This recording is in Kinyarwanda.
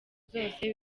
zose